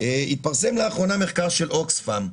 התפרסם לאחרונה מחקר של אוקספם,